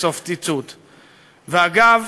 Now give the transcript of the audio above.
ואגב,